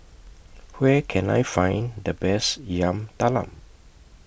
Where Can I Find The Best Yam Talam